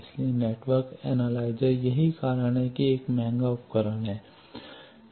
इसलिए network analyser यही कारण है कि यह एक महंगा उपकरण है